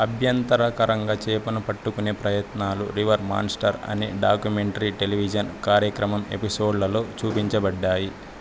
అభ్యంతరకరంగా చేపను పట్టుకునే ప్రయత్నాలు రివర్ మాన్స్టర్ అనే డాక్యుమెంటరీ టెలివిజన్ కార్యక్రమం ఎపిసోడ్లలో చూపించబడ్డాయి